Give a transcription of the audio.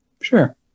Sure